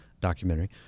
documentary